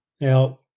Now